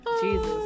Jesus